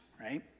right